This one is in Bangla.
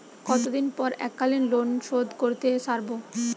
কতদিন পর এককালিন লোনশোধ করতে সারব?